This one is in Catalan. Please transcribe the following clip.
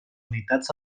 unitats